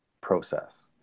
process